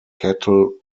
cattle